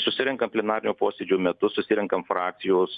susirenkam plenarinio posėdžio metu susirenkam frakcijos